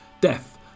Death